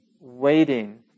waiting